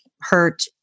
hurt